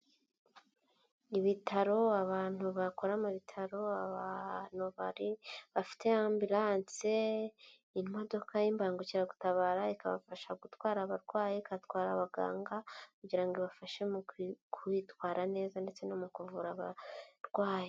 Ibitaro abantu bakora mu bitaro abantu bari bafite ambiranse imodoka y'imbangukiragutabara ikabafasha gutwara abarwayi igatwara abaganga kugira ngo ibafashe mu kwitwara neza ndetse no mu kuvura abarwayi.